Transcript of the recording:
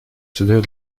создают